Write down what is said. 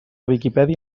viquipèdia